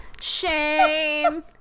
Shame